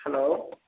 hello